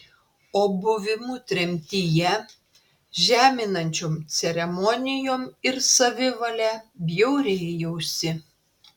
o buvimu tremtyje žeminančiom ceremonijom ir savivale bjaurėjausi